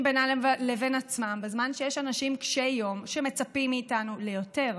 בינם לבין עצמם בזמן שיש אנשים קשי יום שמצפים מאיתנו ליותר,